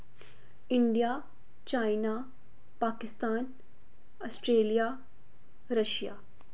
India China Pakistan Australia Russia